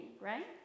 right